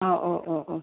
ആ ഓ ഓ ഓ